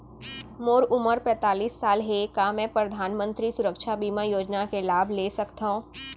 मोर उमर पैंतालीस साल हे का मैं परधानमंतरी सुरक्षा बीमा योजना के लाभ ले सकथव?